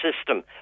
system